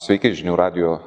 sveiki žinių radijo